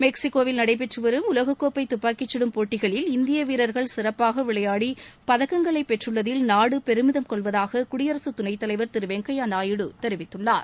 மெக்சிகோவில் நடைபெற்றுவரும் உலகக்கோப்பை துப்பாக்கிச் கடும் போட்டிகளில் இந்திய வீரர்கள் சிறப்பாக விளையாடி பதக்கங்களை பெற்றுள்ளதில் நாடு பெருமிதம் கொள்வதாக குடியரசுத் துணைத்தலைவர் திரு வெங்கப்யா நாயுடு தெரிவித்துள்ளார்